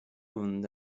und